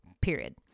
period